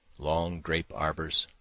long grape arbors,